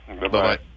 Bye-bye